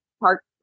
Park